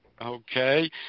Okay